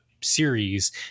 series